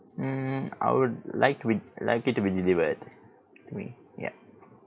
mm I would like with like it to be delivered to me ya